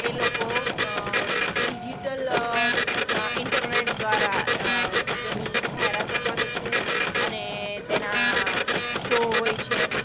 એ લોકો ડિજિટલ ટૂંકમાં ઇન્ટરનેટ દ્વારા તેની જાહેરાતો કરે છે અને તેના શો હોય છે